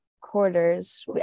quarters